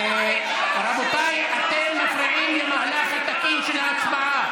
לכם, רבותיי, אתם מפריעים למהלך התקין של ההצבעה.